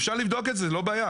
אפשר לבדוק את זה, זה לא בעיה.